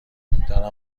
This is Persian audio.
دارم